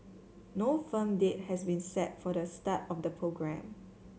no firm date has been set for the start of the programme